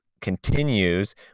continues